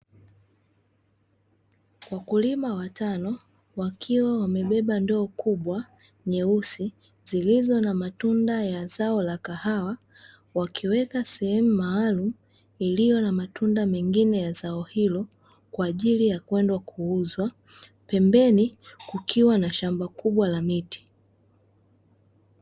Wakulima watano wakiwa wamebeba ndoo kubwa nyeusi zilizo na matunda ya zao la kahawa wakiweka sehemu maalum iliyo na matunda mengine ya zao hilo kwa ajili ya kwenda kuuzwa, pembeni kukiwa na shamba kubwa la miti.